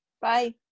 Bye